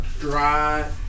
dry